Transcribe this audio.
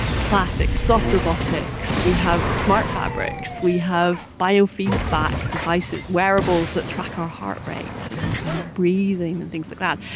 like soft robotics, we have smart fabrics, we have biofeedback devices, wearables that track our heart rate and and our breathing and things like that.